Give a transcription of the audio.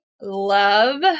love